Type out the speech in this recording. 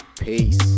peace